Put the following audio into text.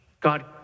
God